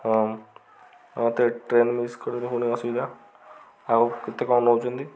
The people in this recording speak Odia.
ହଁ ମତେ ଟ୍ରେନ୍ ମିସ୍ କରିଲେ ପୁଣି ଅସୁବିଧା ଆଉ କେତେ କ'ଣ ନଉଛନ୍ତି